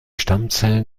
stammzellen